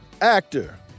actor